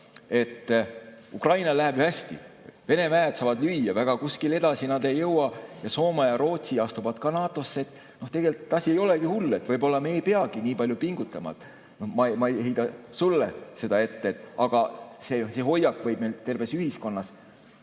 Ukrainal läheb ju hästi, Vene väed saavad lüüa, väga kuskile edasi nad ei jõua, ja Soome ja Rootsi astuvad ka NATO‑sse, nii et tegelikult asi ei olegi nii hull ja võib-olla me ei peagi nii palju pingutama. Ma ei heida sulle seda ette, aga see hoiak võib meil terves ühiskonnas